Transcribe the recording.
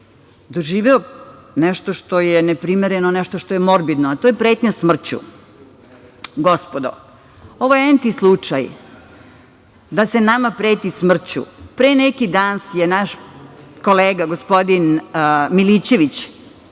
doživeo nešto što je neprimereno, nešto što je morbidno, a to je pretnja smrću. Gospodo, ovo je „enti“ slučaj da se nama preti smrću. Pre neki dan je naš kolega, gospodin Milićević,